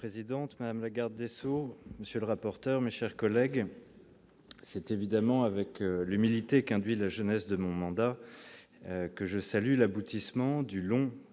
madame la garde des Sceaux, monsieur le rapporteur, mes chers collègues, c'était évidemment avec l'humilité qu'induit la jeunesse de mon mandat, que je salue l'aboutissement du long processus